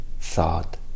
thought